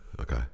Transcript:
Okay